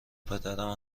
پدرم